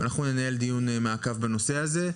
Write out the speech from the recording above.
אנחנו ננהל דיון מעקב בנושא הזה.